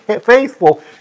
faithful